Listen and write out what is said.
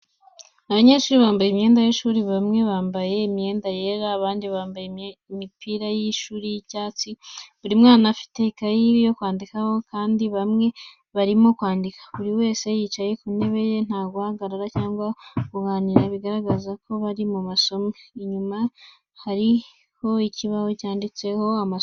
Abanyeshuri bambaye imyenda y’ishuri, bamwe bambaye imyenda yera, abandi bambaye imipira y’ishuri y’icyatsi. Buri mwana afite ikaye yo kwandikaho, kandi bamwe barimo kwandika. Buri wese yicaye ku ntebe ye, nta guhagarara cyangwa kuganira, bigaragaza ko bari mu masomo. Inyuma hari ikibaho cyanditseho amasomo.